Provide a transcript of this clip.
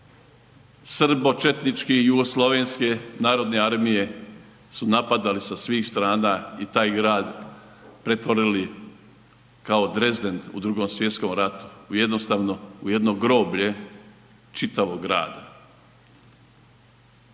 srbočetničke jugoslavenske narodne armije su napadali sa svih strana i taj grad pretvorili kao Drezden u II. Svjetskom ratu, jednostavno u jedno groblje čitavog grada.